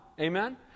amen